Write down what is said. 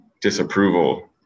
disapproval